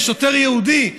משוטר יהודי.